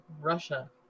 Russia